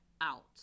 out